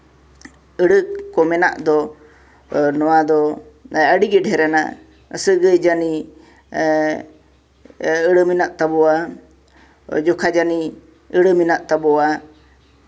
ᱟᱹᱲᱟᱹ ᱠᱚ ᱢᱮᱱᱟᱜ ᱫᱚ ᱱᱚᱣᱟ ᱫᱚ ᱟᱹᱰᱤᱜᱮ ᱰᱷᱮᱹᱨ ᱟᱱᱟ ᱥᱟᱹᱜᱟᱹᱭ ᱡᱟᱹᱱᱤ ᱟᱹᱲᱟᱹ ᱢᱮᱱᱟᱜ ᱛᱟᱵᱚᱱᱟ ᱡᱚᱠᱷᱟ ᱡᱟᱹᱱᱤ ᱟᱹᱲᱟᱹ ᱢᱮᱱᱟᱜ ᱛᱟᱵᱚᱱᱟ